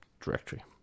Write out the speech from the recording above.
directory